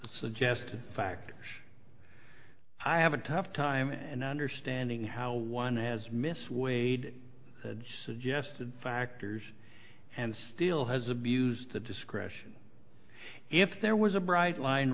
suggested fact i have a tough time and understanding how one has miss wade had suggested factors and still has abused the discretion if there was a bright line